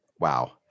Wow